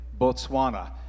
Botswana